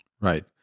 Right